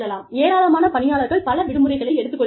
ஏராளமான பணியாளர்கள் பல விடுமுறைகளை எடுத்துக் கொள்கிறார்கள்